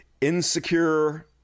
insecure